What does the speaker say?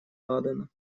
ладена